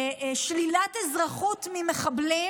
שלילת אזרחות ממחבלים